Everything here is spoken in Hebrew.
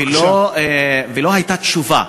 ולא הייתה תשובה,